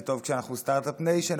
זה טוב כשאנחנו סטארט אפ ניישן,